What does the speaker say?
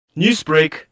Newsbreak